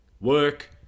work